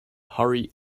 hurry